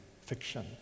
fiction